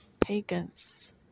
pagans